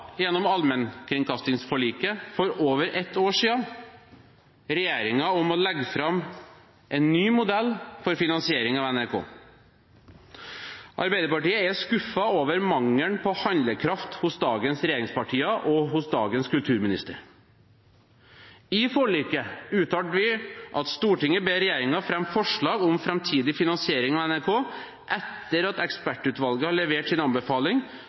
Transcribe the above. gjennom allmennkringkastingsforliket for over et år siden regjeringen om å legge fram en ny modell for finansiering av NRK. Arbeiderpartiet er skuffet over mangelen på handlekraft hos dagens regjeringspartier og hos dagens kulturminister. I forliket uttalte vi i et vedtak at «Stortinget ber regjeringen fremme forslag om fremtidig finansiering av NRK etter at ekspertutvalget har levert sin anbefaling,